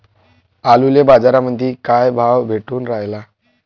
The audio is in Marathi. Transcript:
आलूले बाजारामंदी काय भाव भेटून रायला?